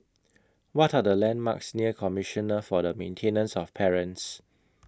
What Are The landmarks near Commissioner For The Maintenance of Parents